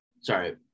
Sorry